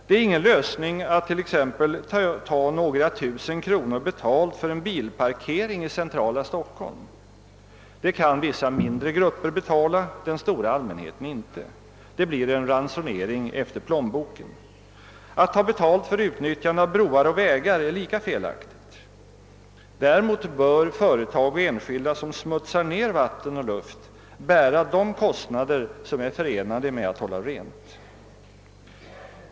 Det är ingen lösning att t.ex. ta några tusen kronor betalt för en bilparkering i centrala Stockholm. Det kan vissa mindre grupper betala, inte den stora allmänheten, och det blir en ransonering efter plånboken. Att ta betalt för utnyttjande av broar och vägar är lika felaktigt. Däremot bör företag och enskilda som smutsar ned vatten och luft bära de kostnader som är förenade med att hålla rent.